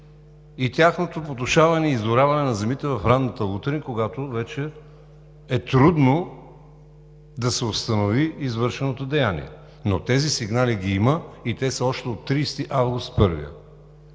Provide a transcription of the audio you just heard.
и тяхното потушаване и изораване на земите в ранната утрин, когато вече е трудно да се установи извършеното деяние, но тези сигнали ги има и те са още от 30 август, първият.